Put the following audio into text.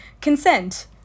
consent